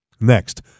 Next